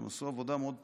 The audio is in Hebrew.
הם עשו עבודה מאוד טובה.